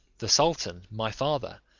the sultan, my father,